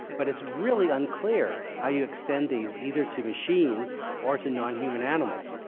but it's really unclear how you extend these either to machines or to non-human animals,